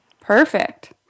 Perfect